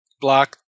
Block